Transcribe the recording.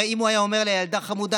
הרי אם הוא היה אומר לילדה: חמודה,